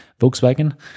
Volkswagen